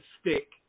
stick